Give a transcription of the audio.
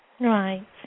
Right